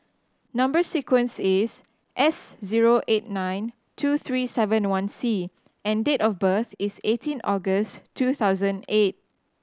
number sequence is S zero eight nine two three seven one C and date of birth is eighteen August two thousand eight